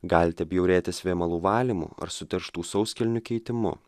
galite bjaurėtis vėmalų valymu ar suterštų sauskelnių keitimu